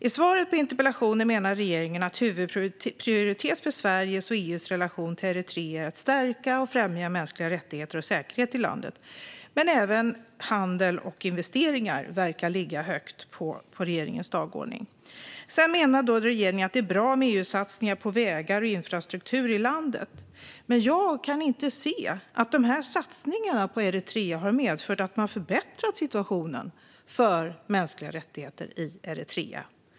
I svaret på interpellationen menar regeringen att huvudprioritet för Sveriges och EU:s relation till Eritrea är att stärka och främja mänskliga rättigheter och säkerhet i landet, men även handel och investeringar verkar ligga högt på regeringens dagordning. Sedan menar regeringen att det är bra med EU-satsningar på vägar och infrastruktur i landet. Jag kan dock inte se att dessa satsningar på Eritrea har medfört att man förbättrat situationen för mänskliga rättigheter i Eritrea.